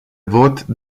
vot